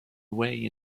away